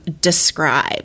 describe